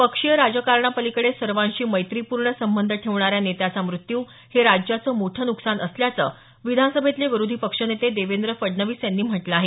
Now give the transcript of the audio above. पक्षीय राजकारणापलिकडे सर्वांशी मैत्रीपूर्ण संबंध ठेवणाऱ्या नेत्याचा मृत्यू हे राज्याचं मोठं न्कसान असल्याचं विधानसभेतले विरोधी पक्षनेते देवेंद्र फडणवीस यांनी म्हटलं आहे